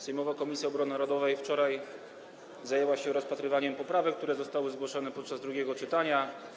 Sejmowa Komisja Obrony Narodowej zajęła się wczoraj rozpatrywaniem poprawek, które zostały zgłoszone podczas drugiego czytania.